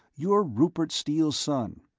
you're rupert steele's son,